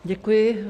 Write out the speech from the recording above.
Děkuji.